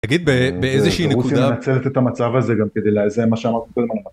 תגיד, באיזושהי נקודה... ברור שהיא גם מנצלת את המצב הזה גם כדי לאזן, זה מה שאמרתי קודם.